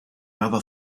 other